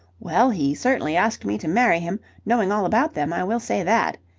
well, he certainly asked me to marry him, knowing all about them, i will say that.